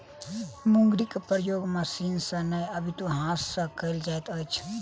मुंगरीक प्रयोग मशीन सॅ नै अपितु हाथ सॅ कयल जाइत अछि